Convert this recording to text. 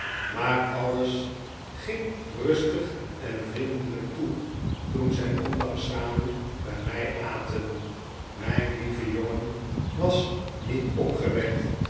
maar alles ging rustig en vriendelijk toe toen zij onlangs samen by my aten myn lieve jongen was niet opgewekt